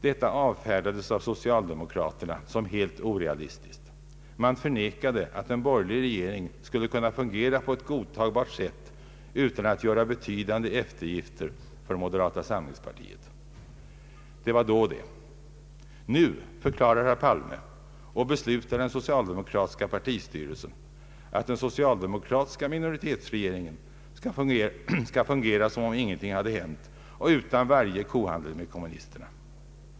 Detta avfärdades av socialdemokraterna som helt orealistiskt. Man förnekade att en borgerlig regering skulle kunna fungera på ett godtagbart sätt utan att göra betydande eftergifter för moderata samlingspartiet. Det var då det. Nu förklarar herr Palme och beslutar den socialdemokratiska partistyrelsen, att den socialdemokratiska minoritetsregeringen skall fungera som om ingenting hade hänt och utan varje kohandel med kommunisterna.